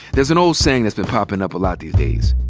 there's an old saying that's been popping up a lot these days,